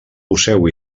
poseu